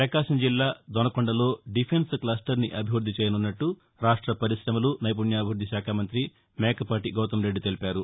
ప్రపకాశం జిల్లా దొనకొండ లో defence cluster ని అభివృద్ది చేయనున్నట్లు రాష్ట పర్కిశమలు త నైపుణ్యాభివృద్ధి శాఖామంతి మేకపాటి గౌతమ్ రెద్ది తెలిపారు